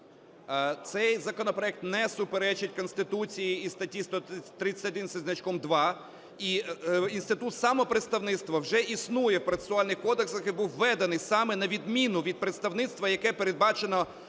Цей законопроект не суперечить Конституції і статті 131 зі значком 2. І інститут самопредставництва вже існує в процесуальних кодексах і був введений саме на відміну від представництва, яке передбачено…